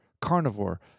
carnivore